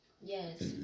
Yes